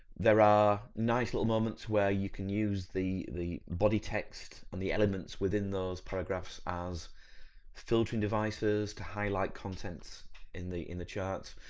there are nice little moments where you can use the, the body text and the elements within those paragraphs as filtering devices to highlight contents in the, in the charts.